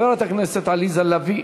חברת הכנסת עליזה לביא,